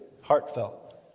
Heartfelt